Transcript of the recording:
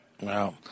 Wow